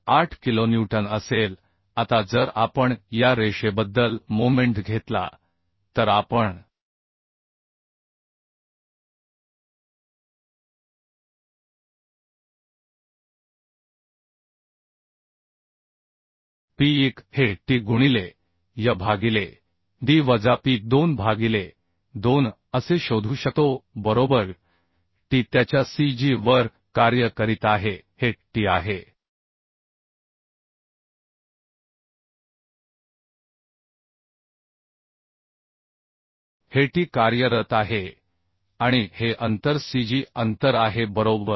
28 kilonewton असेल आता जर आपण या रेषेबद्दल मोमेंट घेतला तर आपण P1 हे T गुणिले Y भागिले d वजा P2 भागिले 2 असे शोधू शकतो बरोबर T त्याच्या cg वर कार्य करीत आहे हे T आहे हेT कार्यरत आहे आणि हे अंतर cg अंतर आहे बरोबर